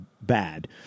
bad